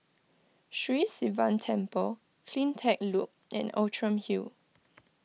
Sri Sivan Temple CleanTech Loop and Outram Hill